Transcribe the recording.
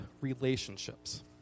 relationships